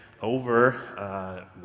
over